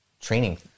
training